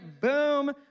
boom